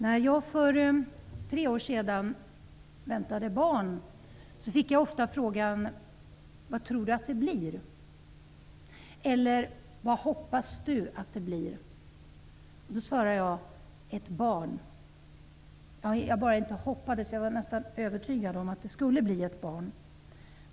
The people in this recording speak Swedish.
När jag för tre år sedan väntade barn fick jag ofta frågan: Vad tror du att det blir? Eller: Vad hoppas du att det blir? Då svarade jag: Ett barn. Jag inte bara hoppades det -- jag var nästan övertygad om att det skulle bli ett barn.